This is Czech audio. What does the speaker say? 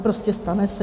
Prostě stane se.